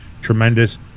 tremendous